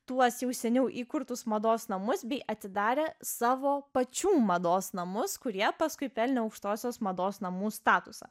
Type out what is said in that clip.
tuos jau seniau įkurtus mados namus bei atidarė savo pačių mados namus kurie paskui pelnė aukštosios mados namų statusą